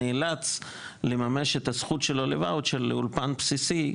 נאלץ לממש את הזכות שלו לוואוצ'ר לאולפן בסיסי,